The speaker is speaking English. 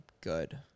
good